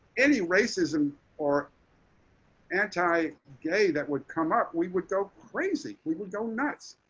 any racism or anti gay that would come up, we would go crazy. we would go nuts.